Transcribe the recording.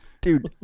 Dude